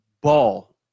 ball